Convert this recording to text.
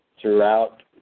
throughout